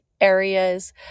areas